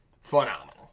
Phenomenal